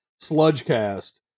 Sludgecast